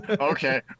okay